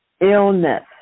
illness